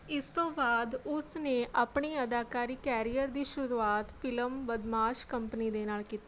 ਇਸ ਤੋਂ ਬਾਅਦ ਉਸ ਨੇ ਆਪਣੀ ਅਦਾਕਾਰੀ ਕੈਰੀਅਰ ਦੀ ਸ਼ੁਰੂਆਤ ਫਿਲਮ ਬਦਮਾਸ਼ ਕੰਪਨੀ ਦੇ ਨਾਲ਼ ਕੀ